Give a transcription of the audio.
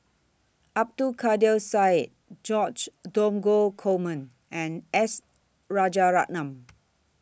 Abdul Kadir Syed George Dromgold Coleman and S Rajaratnam